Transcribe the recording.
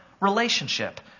relationship